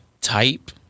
type